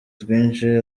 twinshi